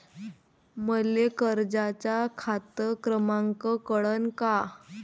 मले कर्जाचा खात क्रमांक कळन का?